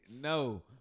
No